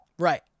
Right